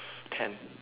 ten